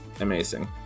amazing